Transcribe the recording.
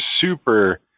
super